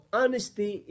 honesty